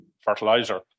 fertilizer